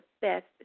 Best